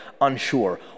unsure